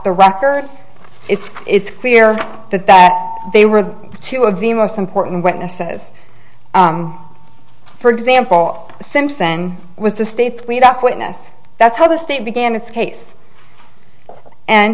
the record it's it's clear that that they were two of the most important witnesses for example simpson was the state's lead off witness that's how the state began its case and